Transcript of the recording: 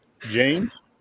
James